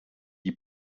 die